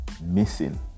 missing